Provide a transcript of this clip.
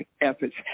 efforts